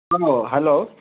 ꯑꯥ hello